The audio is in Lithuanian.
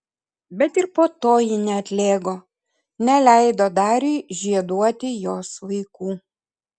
bet ir po to ji neatlėgo neleido dariui žieduoti jos vaikų